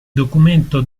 documento